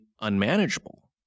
unmanageable